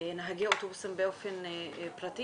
נהגי אוטובוסים באופן ספציפי,